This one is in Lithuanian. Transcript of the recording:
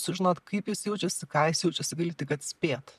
sužinot kaip jis jaučiasi ką jis jaučiasi gali tik atspėt